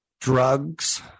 drugs